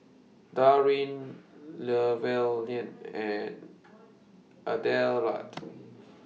Darrin Llewellyn and Adelard